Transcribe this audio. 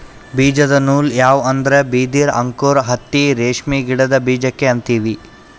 ಬೀಜದ ನೂಲ್ ಯಾವ್ ಅಂದ್ರ ಬಿದಿರ್ ಅಂಕುರ್ ಹತ್ತಿ ರೇಷ್ಮಿ ಗಿಡದ್ ಬೀಜಕ್ಕೆ ಅಂತೀವಿ